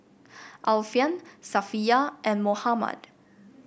Alfian Safiya and Muhammad